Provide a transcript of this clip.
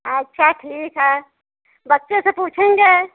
अच्छा ठीक है बच्चे से पूछेंगे